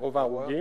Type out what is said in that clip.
רוב ההרוגים?